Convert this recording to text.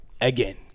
again